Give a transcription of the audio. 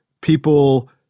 people